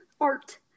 Art